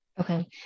Okay